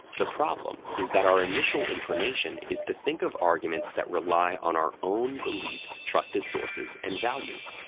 the problem is that our initial inclination is to think of arguments that rely on our own beliefs, trusted sources, and values.